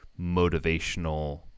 motivational